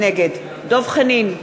נגד דב חנין,